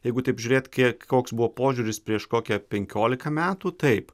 jeigu taip žiūrėt kiek koks buvo požiūris prieš kokia penkiolika metų taip